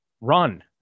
Run